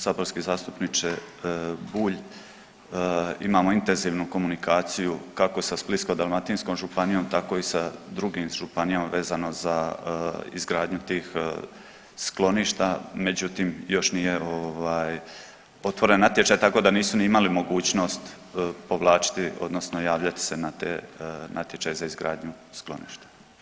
Saborski zastupniče Bulj, imamo intenzivnu komunikaciju kako sa Splitsko-dalmatinskom županijom tako i sa drugim županijama vezano za izgradnju tih skloništa, međutim još nije ovaj otvoren natječaj tako da nisu ni imali mogućnost povlačiti odnosno javljati se na te natječaje za izgradnju skloništa.